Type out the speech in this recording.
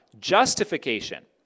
justification